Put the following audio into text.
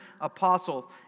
apostle